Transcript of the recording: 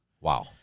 Wow